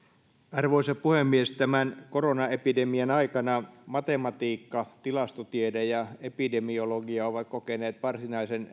arvoisa puhemies tämän koronaepidemian aikana matematiikka tilastotiede ja epidemiologia ovat kokeneet varsinaisen